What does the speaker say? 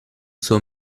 zur